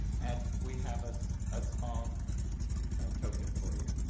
and we have a so ah small token for you.